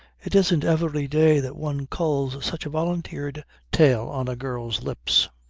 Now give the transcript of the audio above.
it isn't every day that one culls such a volunteered tale on a girl's lips.